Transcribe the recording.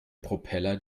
propeller